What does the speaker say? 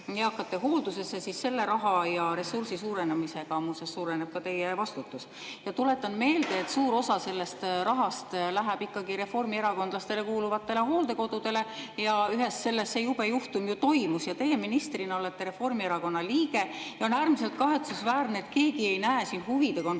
eakate hooldusesse, suureneb selle raha ja ressursi suurenemisega, muuseas, ka teie vastutus. Tuletan meelde, et suur osa sellest rahast läheb ikkagi reformierakondlastele kuuluvatele hooldekodudele ja ühes nendest see jube juhtum ju toimus. Teie ministrina olete Reformierakonna liige ja on äärmiselt kahetsusväärne, et keegi ei näe siin huvide